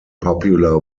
popular